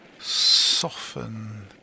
soften